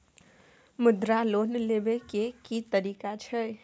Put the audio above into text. मुद्रा लोन लेबै के की तरीका छै?